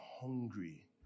hungry